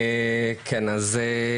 בבקשה.